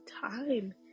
time